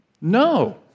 No